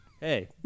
Hey